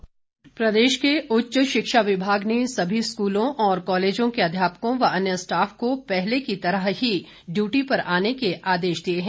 अधिसुचना प्रदेश के उच्च शिक्षा विभाग ने सभी स्कूलों और कॉलेजों के अध्यापकों व अन्य स्टाफ को पहले की तरह ही ड्यूटी पर आने के आदेश दिए हैं